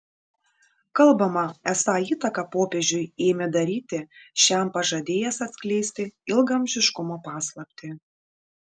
kalbama esą įtaką popiežiui ėmė daryti šiam pažadėjęs atskleisti ilgaamžiškumo paslaptį